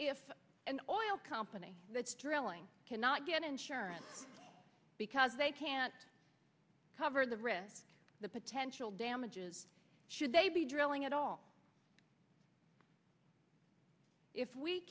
if an oil company that's drilling cannot get insurance because they can't cover the risk the potential damages should they be drilling at all if we